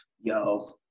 Yo